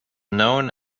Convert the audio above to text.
known